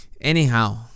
Anyhow